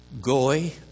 goy